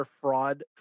fraud